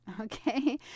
Okay